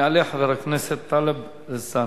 יעלה חבר הכנסת טלב אלסאנע,